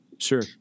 Sure